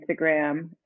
Instagram